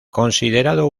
considerado